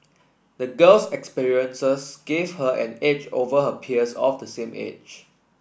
the girl's experiences gave her an edge over her peers of the same age